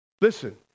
listen